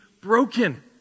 broken